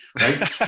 Right